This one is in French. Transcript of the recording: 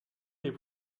les